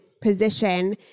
position